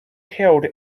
held